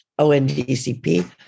ONDCP